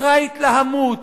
אחרי ההתלהמות,